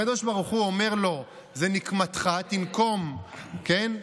הקדוש ברוך הוא אומר לו: זה נקמתך, תנקום, כן?